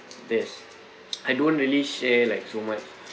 this I don't really share like so much